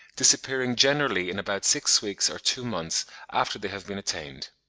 disappearing generally in about six weeks or two months after they have been attained.